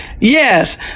Yes